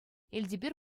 элтепер